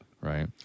right